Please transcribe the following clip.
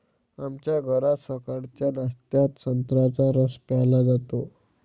आमच्या घरात सकाळच्या नाश्त्यात संत्र्याचा रस प्यायला जातो